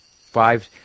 Five